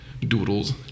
doodles